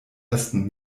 ersten